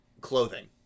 clothing